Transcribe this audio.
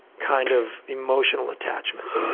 kind of emotional attachment.